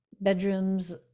bedrooms